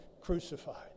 crucified